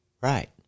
Right